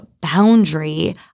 boundary